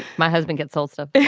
my husband get sold stuff.